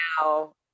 Now